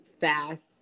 fast